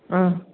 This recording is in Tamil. ஆ